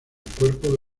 cuerpo